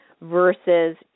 versus